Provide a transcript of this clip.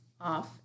off